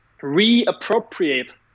reappropriate